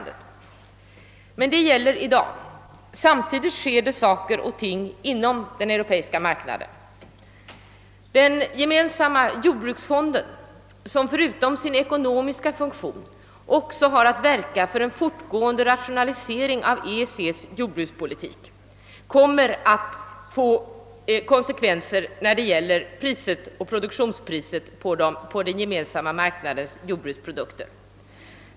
Detta gäller i dag. Samtidigt sker det saker och ting inom den europeiska marknaden. Den gemensamma jordbruksfonden har förutom sin ekonomiska funktion att också verka för en fortgående rationalisering av EEC:s jordbrukspolitik, vilket kommer att få konsekvenser när det gäller produktionspris på den gemensamma marknadens jordbruksprodukter.